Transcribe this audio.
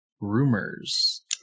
Rumors